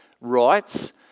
rights